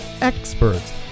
experts